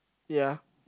ya